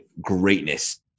greatness